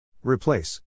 Replace